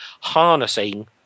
harnessing